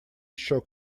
еще